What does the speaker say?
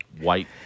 white